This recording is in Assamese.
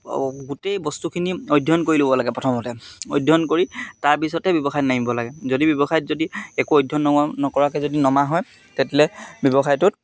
গোটেই বস্তুখিনি অধ্যয়ন কৰি ল'ব লাগে প্ৰথমতে অধ্যয়ন কৰি তাৰপিছতে ব্যৱসায়ত নামিব লাগে যদি ব্যৱসায়ত যদি একো অধ্যয়ন ন নকৰাকৈ যদি নমা হয় তেতিয়াহ'লে ব্যৱসায়টোত